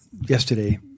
yesterday